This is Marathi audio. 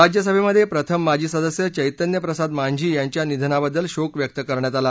राज्यसभेमध्ये प्रथम माजी सदस्य चैतन्य प्रसाद मांझी यांच्या निधनाबद्दल शोक व्यक्त करण्यात आला